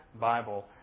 Bible